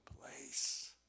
place